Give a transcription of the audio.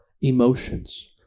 emotions